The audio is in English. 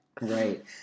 Right